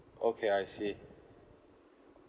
okay I see